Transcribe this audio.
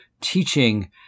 teaching